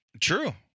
True